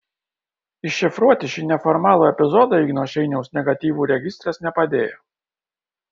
iššifruoti šį neformalų epizodą igno šeiniaus negatyvų registras nepadėjo